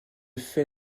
fait